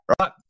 right